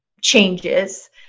changes